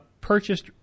purchased